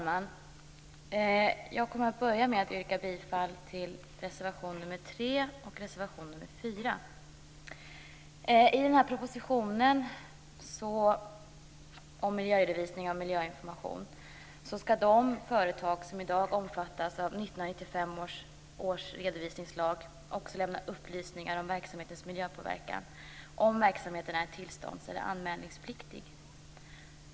Herr talman! Jag börjar med att yrka bifall till reservationerna 3 och 4. Enligt den här propositionen om miljöredovisning och miljöinformation, skall de företag som i dag omfattas av 1995 års redovisningslag också lämna upplysningar om verksamhetens miljöpåverkan om verksamheten är tillstånds eller anmälningspliktig.